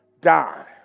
die